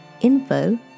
info